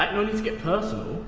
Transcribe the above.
like no need to get personal.